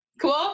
Cool